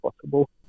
possible